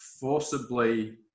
forcibly